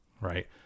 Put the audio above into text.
right